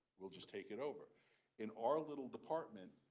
we'll just take. in over in our little department,